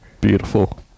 beautiful